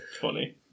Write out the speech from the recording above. funny